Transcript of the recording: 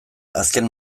azken